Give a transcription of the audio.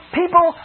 people